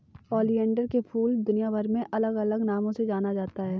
oleander के फूल दुनियाभर में अलग अलग नामों से जाना जाता है